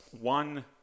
one